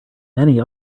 many